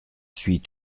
suis